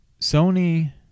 Sony